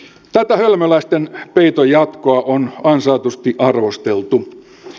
tätä hölmöläisten peiton jatkoa on ansaitusti arvosteltu